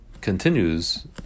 continues